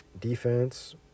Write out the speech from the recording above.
defense